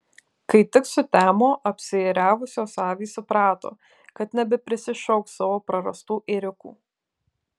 kai tik sutemo apsiėriavusios avys suprato kad nebeprisišauks savo prarastų ėriukų